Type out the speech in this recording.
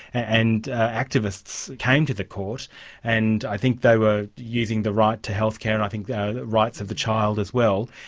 and activists came to the court and i think they were using the right to healthcare and i think the rights of the child as well.